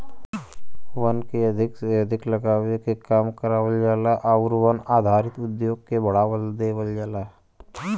वन के अधिक से अधिक लगावे के काम करावल जाला आउर वन आधारित उद्योग के बढ़ावा देवल जाला